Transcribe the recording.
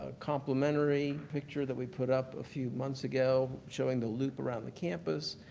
ah complimentary picture that we put up a few months ago showing the loop around the campus.